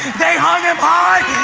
they hung him high.